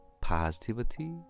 positivity